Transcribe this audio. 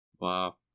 wow